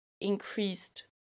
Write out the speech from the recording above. increased